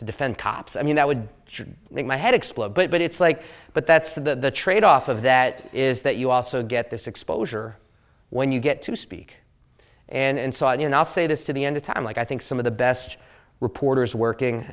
defend cops i mean that would should make my head explode but it's like but that's the trade off of that is that you also get this exposure when you get to speak and so on you know i'll say this to the end of time like i think some of the best reporters working